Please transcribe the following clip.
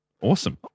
awesome